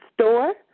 store